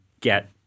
get